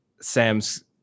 Sam's